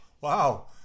wow